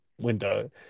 window